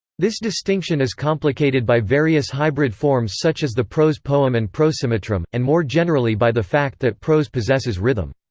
this distinction is complicated by various hybrid forms such as the prose poem and prosimetrum, and more generally by the fact that prose possesses rhythm.